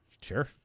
Sure